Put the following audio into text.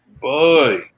boy